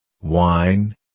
wine